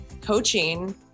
coaching